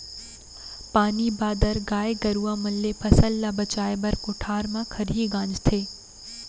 पानी बादर, गाय गरूवा मन ले फसल ल बचाए बर कोठार म खरही गांजथें